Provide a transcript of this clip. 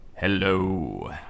Hello